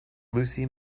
lucy